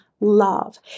love